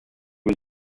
was